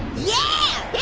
yeah,